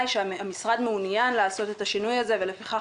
המשרד מעוניין לעשות את השינוי ולפיכך